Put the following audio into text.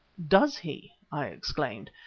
does he? i exclaimed.